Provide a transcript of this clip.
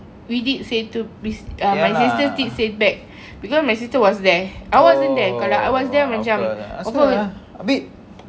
we did say to uh my sister did say back because my sister was there I wasn't there kalau I was there macam over